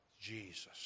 Jesus